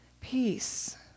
peace